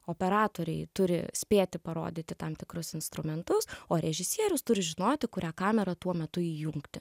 operatoriai turi spėti parodyti tam tikrus instrumentus o režisierius turi žinoti kurią kamerą tuo metu įjungti